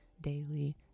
daily